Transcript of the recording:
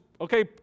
okay